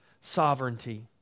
sovereignty